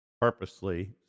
purposely